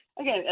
again